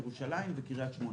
בירושלים ובקריית שמונה.